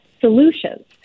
solutions